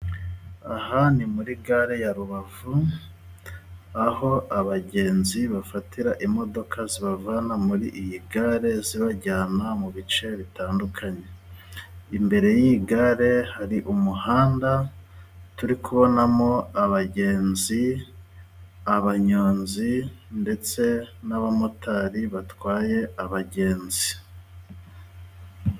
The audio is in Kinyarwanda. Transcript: Aha ni muri gare ya Rubavu, aho abagenzi bafatira imodoka zibavana muri iyi gare zibajyana mu bice bitandukanye, imbere y'iyi gare hari umuhanda turi kubonamo abagenzi abanyonzi, ndetse n'abamotari batwaye abagenzi.